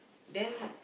then